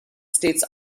states